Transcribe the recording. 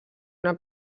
una